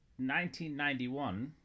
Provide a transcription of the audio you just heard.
1991